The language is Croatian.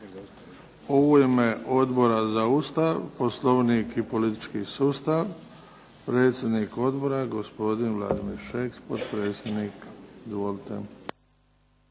U ime Odbora za Ustav, Poslovnik i politički sustav predsjednik odbora gospodin Vladimir Šeks potpredsjednik. Izvolite.